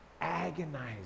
agonizing